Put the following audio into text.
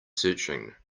searching